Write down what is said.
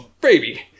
baby